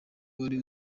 wari